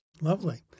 Lovely